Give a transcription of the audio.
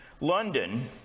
London